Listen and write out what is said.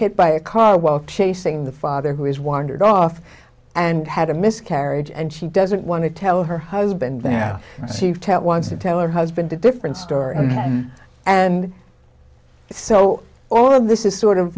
hit by a car while chasing the father who has wandered off and had a miscarriage and she doesn't want to tell her husband that she wants to tell her husband a different story and so all of this is sort of